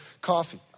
coffee